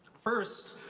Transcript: first,